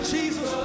Jesus